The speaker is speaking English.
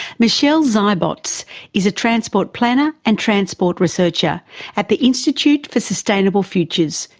michelle zeibots is a transport planner and transport researcher at the institute for sustainable futures,